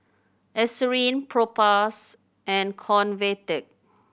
Eucerin Propass and Convatec